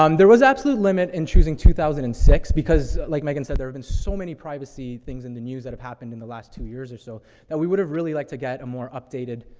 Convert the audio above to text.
um there was absolute limit in choosing two thousand and six because, like megan said, there'd been so many privacy things in the news that have happened in the last two years or so that we would've really liked to get a more updated,